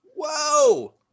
whoa